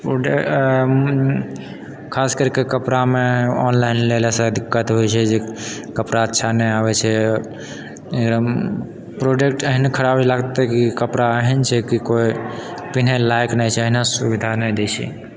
खासकरके कपड़ामे ऑनलाइन लेलासँ दिक्कत होइ छै जे कपड़ा अच्छा नहि आबै छै एकदम प्रोडक्ट एहन खराब लागतै कि कपड़ा एहन छै कि कोइ पिन्है लायक नहि छै सुविधा नहि दै छै